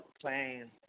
playing